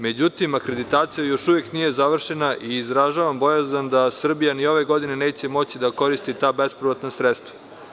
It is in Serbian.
Međutim, akreditacija još uvek nije završena i izražavam bojazan da Srbija ni ove godine neće moći da koristi ta bespovratna sredstva.